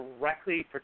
directly